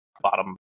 bottom